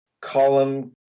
column